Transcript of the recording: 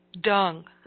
dung